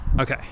Okay